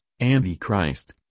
Antichrist